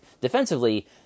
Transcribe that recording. Defensively